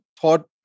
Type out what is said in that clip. thought